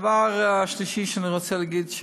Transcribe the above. הדבר השלישי שאני רוצה להגיד הוא